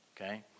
okay